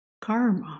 karma